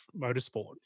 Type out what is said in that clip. motorsport